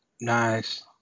Nice